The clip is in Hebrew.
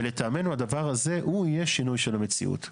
ולטעמנו הדבר הזה הוא יהיה שינוי של המציאות.